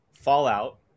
Fallout